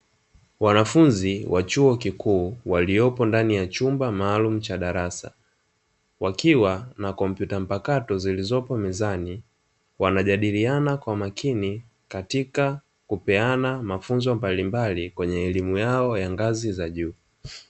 Wanafunzi wa chuo kikuu waliopo ndani ya chumba maalumu cha darasa, wakiwa na kompyuta mpakato zilizopo mezani, wanajadiliana kwa makini katika kupeana mafunzo mbalimbali kwenye elimu yao ya ngazi za juu.